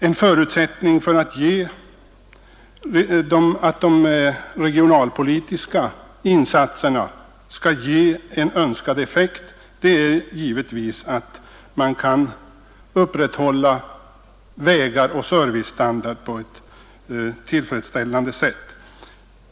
En förutsättning för att de regionalpolitiska insatserna skall ge en önskad effekt är givetvis att man kan upprätthålla vägar och servicestandard på ett tillfredsställande sätt.